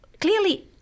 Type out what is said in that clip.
Clearly